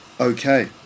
okay